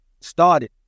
started